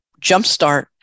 jumpstart